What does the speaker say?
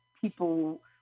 people